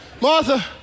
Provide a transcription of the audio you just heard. Martha